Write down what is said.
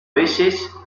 veces